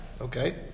okay